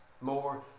more